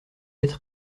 être